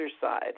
side